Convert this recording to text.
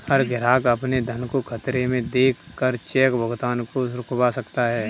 हर ग्राहक अपने धन को खतरे में देख कर चेक भुगतान को रुकवा सकता है